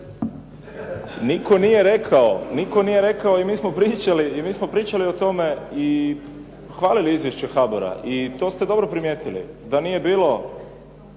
Nitko nije rekao i mi smo pričali o tome i hvalili izvješće HBOR-a i to ste dobro primijetili da nije bilo